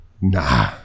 Nah